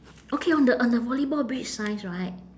okay on the on the volleyball beach signs right